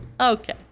Okay